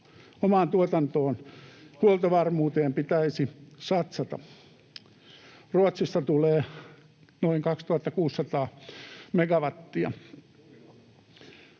omaan tuotantoon, huoltovarmuuteen pitäisi satsata. Ruotsista tulee noin 2 600 megawattia.